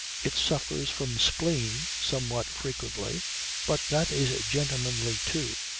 it suffers from spleen somewhat frequently but that is gentlemanly too,